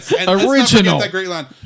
Original